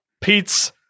Pete's